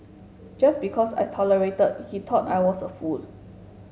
just because I tolerated he thought I was a fool